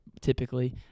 Typically